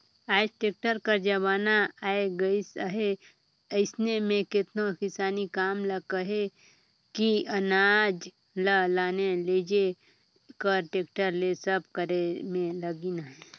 आएज टेक्टर कर जमाना आए गइस अहे अइसे में केतनो किसानी काम ल कहे कि अनाज ल लाने लेइजे कर टेक्टर ले सब करे में लगिन अहें